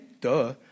Duh